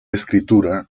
escritura